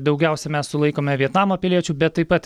daugiausia mes sulaikome vietnamo piliečių bet taip pat